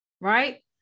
right